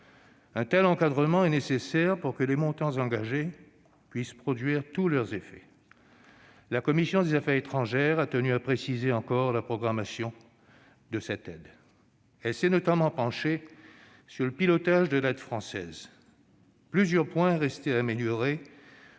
Un tel encadrement est nécessaire pour que les montants engagés puissent produire tous leurs effets. La commission des affaires étrangères a tenu à préciser encore la programmation de l'aide. Elle s'est notamment penchée sur le pilotage de l'aide française. Plusieurs points restaient à améliorer